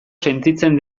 sentitzen